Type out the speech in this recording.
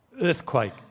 earthquake